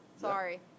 Sorry